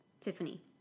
Tiffany